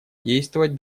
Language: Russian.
действовать